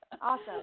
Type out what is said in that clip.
Awesome